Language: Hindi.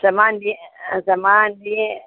सामान दिए सामान दिए